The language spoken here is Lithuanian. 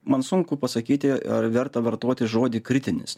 man sunku pasakyti ar verta vartoti žodį kritinis